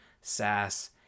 Sass